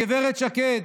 הגב' שקד,